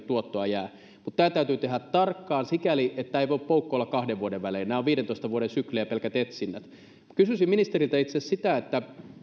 tuottoa jää mutta tämä täytyy tehdä tarkkaan sikäli että tämä ei voi poukkoilla kahden vuoden välein pelkät etsinnät ovat viidentoista vuoden syklejä kysyisin ministeriltä itse asiassa sitä että